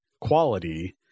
quality